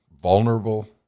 vulnerable